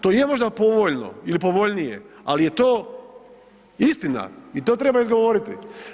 To je možda povoljno ili povoljnije, ali je to istina i to treba izgovoriti.